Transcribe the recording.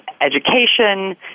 education